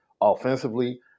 offensively